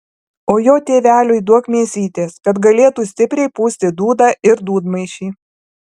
o jo tėveliui duok mėsytės kad galėtų stipriai pūsti dūdą ir dūdmaišį